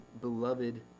beloved